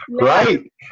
right